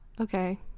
Okay